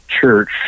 church